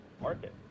market